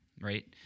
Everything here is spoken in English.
right